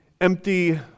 empty